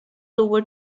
over